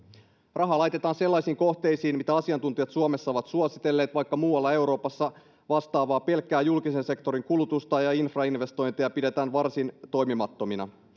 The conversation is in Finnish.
rahaa laitetaan sellaisiin kohteisiin mitä asiantuntijat suomessa ovat suositelleet vaikka muualla euroopassa vastaavaa pelkkää julkisen sektorin kulutusta ja infrainvestointeja pidetään varsin toimimattomina